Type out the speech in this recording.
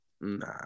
Nah